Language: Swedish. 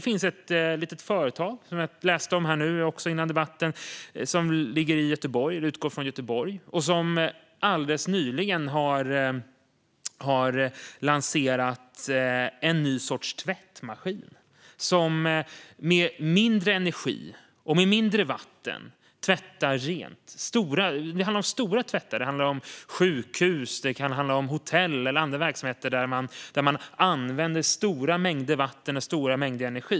Före debatten läste jag om ett litet företag som utgår från Göteborg. Företaget har alldeles nyligen lanserat en ny sorts tvättmaskin. Med mindre energi och mindre mängd vatten tvättar denna maskin rent stora tvättar - det kan handla om sjukhus, hotell eller andra verksamheter som använder stora mängder vatten och energi.